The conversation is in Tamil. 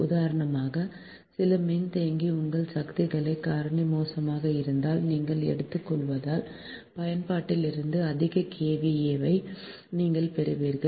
உதாரணமாக சில மின்தேக்கி உங்கள் சக்தி காரணி மோசமாக இருந்தால் நீங்கள் எடுத்துக்கொள்வதால் பயன்பாட்டில் இருந்து அதிக KVA ஐ நீங்கள் பெறுவீர்கள்